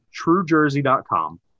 TrueJersey.com